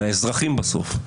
על האזרחים בסוף,